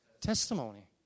testimony